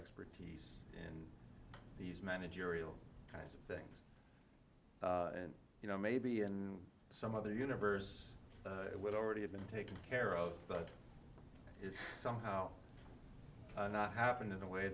expertise these managerial kinds of things you know maybe in some other universe it would already have been taken care of but somehow not happened in a way